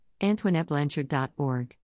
AntoinetteBlanchard.org